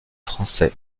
français